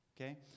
Okay